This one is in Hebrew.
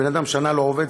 בן-אדם שנה לא עובד,